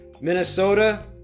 Minnesota